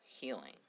healing